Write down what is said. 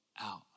out